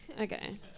Okay